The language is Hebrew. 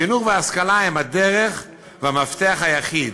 חינוך והשכלה הם הדרך והמפתח היחיד,